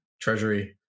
Treasury